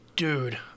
dude